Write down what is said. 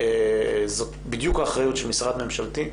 זאת בדיוק האחריות של משרד ממשלתי.